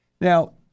Now